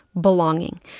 belonging